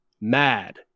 mad